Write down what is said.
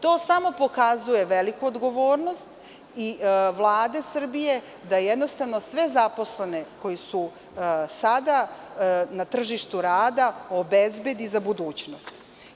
To samo pokazuje veliku odgovornost Vlade Srbije da jednostavno sve zaposlene koji su sada na tržištu rada obezbedi za budućnost.